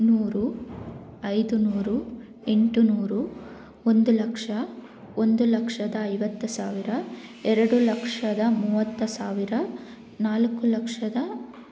ನೂರು ಐದು ನೂರು ಎಂಟು ನೂರು ಒಂದು ಲಕ್ಷ ಒಂದು ಲಕ್ಷದ ಐವತ್ತು ಸಾವಿರ ಎರಡು ಲಕ್ಷದ ಮೂವತ್ತು ಸಾವಿರ ನಾಲ್ಕು ಲಕ್ಷದ